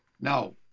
No